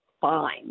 fine